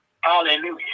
Hallelujah